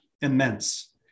immense